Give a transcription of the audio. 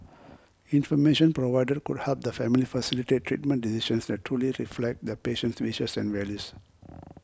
information provided could help the family facilitate treatment decisions that truly reflect the patient's wishes and values